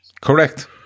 Correct